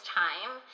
time